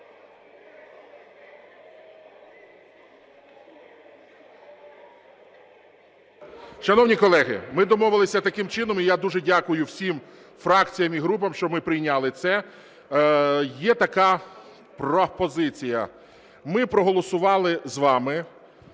Шановні колеги, ми домовилися таким чином, і я дуже дякую всім фракціям і групам, що ми прийняли це. Є така пропозиція. Ми проголосували з вами